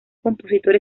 compositor